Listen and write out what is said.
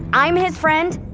i'm his friend!